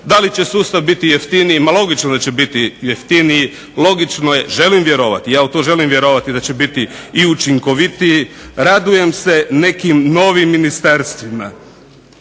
Da li će sustav biti jeftiniji, ma logično da će biti jeftiniji, logično je. Želim vjerovati, ja u to želim vjerovati da će biti i učinkovitiji. Radujem se nekim novim ministarstvima,